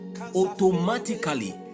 Automatically